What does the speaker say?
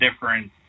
different